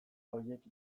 horiek